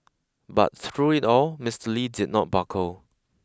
but through it all Mister Lee did not buckle